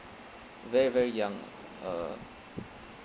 very very young uh